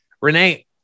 Renee